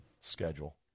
schedule